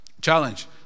Challenge